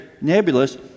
nebulous